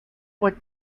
what